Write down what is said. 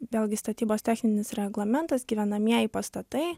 vėlgi statybos techninis reglamentas gyvenamieji pastatai